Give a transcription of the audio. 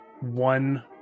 one